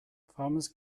farmers